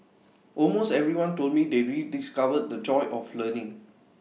almost everyone told me they rediscovered the joy of learning